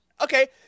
Okay